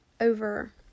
over